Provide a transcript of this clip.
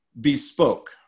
bespoke